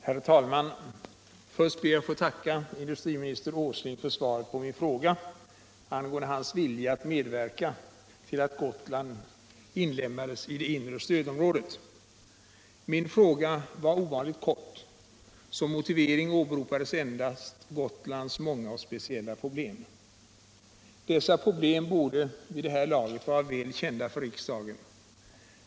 Herr talman! Först ber jag att få tacka industriminister Åsling för svaret på min fråga angående hans vilja att medverka till att Gotland inlemmas i det inre stödområdet. Min fråga var ovanligt kort. Som motivering åberopades endast Gotlands många och speciella problem. Dessa problem borde vid det här laget vara väl kända för riksdagen.